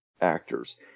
actors